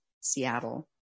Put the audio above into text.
seattle